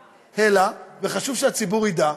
אלא, וחשוב שהציבור ידע,